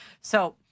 So-